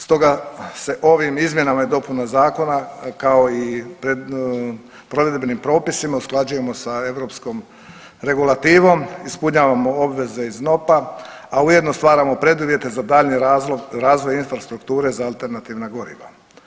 Stoga se ovim izmjenama i dopunama zakona kao i provedbenim propisima usklađujemo sa europskom regulativom, ispunjavamo obveze iz NOP-a, a ujedno smatramo preduvjete za daljnji razvoj infrastrukture za alternativna goriva.